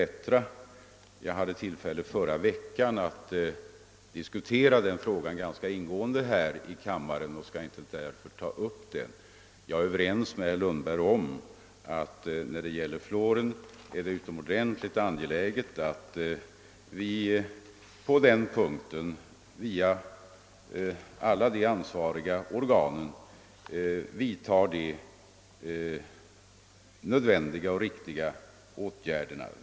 Förra veckan hade jag tillfälle att diskutera den saken ganska ingående här i kammaren och skall därför inte ta upp den nu. Jag är överens med herr Lundberg om att det när det gäller fluoren är utomordentligt angeläget att vi genom alla de ansvariga organen vidtar de nödvändiga och riktiga åtgärderna.